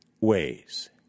ways